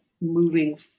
moving